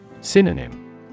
Synonym